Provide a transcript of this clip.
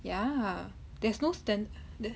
ya there's no standard